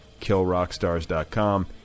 killrockstars.com